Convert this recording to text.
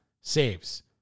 saves